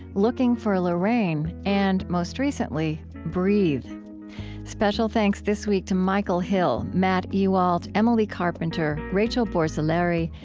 looking for lorraine, and most recently, breathe special thanks this week to michael hill, matt ewalt, emily carpenter, rachel borzilleri,